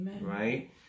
Right